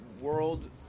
world